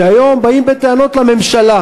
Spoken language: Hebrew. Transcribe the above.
שהיום באים בטענות לממשלה: